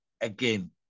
again